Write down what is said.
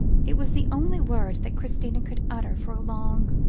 it was the only word that christina could utter for a long,